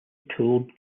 toll